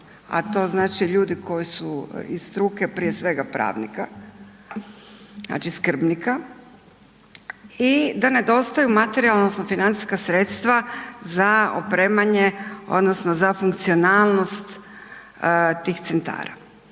a to znači ljudi koji su iz struke prije svega pravnika, znači skrbnika i da nedostaju materijalna odnosno financijska sredstva za opremanje odnosno za funkcionalnost tih centara.